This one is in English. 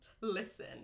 listen